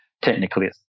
Technically